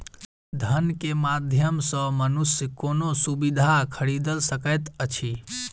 धन के माध्यम सॅ मनुष्य कोनो सुविधा खरीदल सकैत अछि